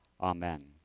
Amen